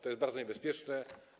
To jest bardzo niebezpieczne.